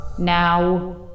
Now